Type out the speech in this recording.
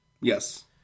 Yes